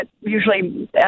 usually